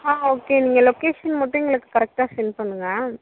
ஆ okay நீங்கள் லொக்கேஷன் மட்டும் எங்களுக்கு கரெக்டாக சென்ட் பண்ணுங்கள்